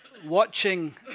Watching